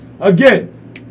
Again